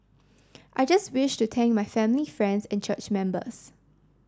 I just wish to thank my family friends and church members